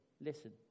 listen